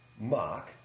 Mark